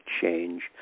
change